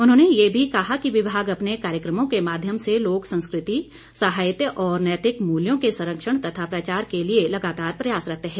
उन्होंने ये भी कहा कि विभाग अपने कार्यक्रमों के माध्यम से लोकसंस्कृति साहित्य और नैतिक मूल्यों के संरक्षण तथा प्रचार के लिए लगातार प्रयासरत हैं